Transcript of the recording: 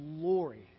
glory